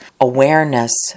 awareness